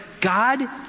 God